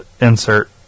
insert